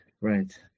Right